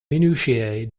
minutiae